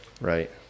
Right